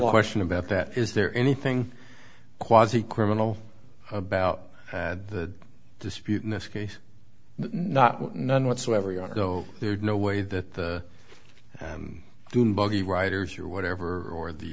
question about that is there anything quasi criminal about the dispute in this case not none whatsoever you go there's no way that the dune buggy writers or whatever or the